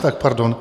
Tak pardon.